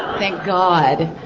thank god!